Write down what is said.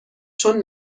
چون